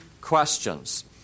questions